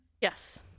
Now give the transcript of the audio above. Yes